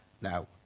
Now